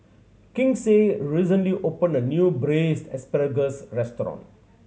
Kinsey recently opened a new Braised Asparagus restaurant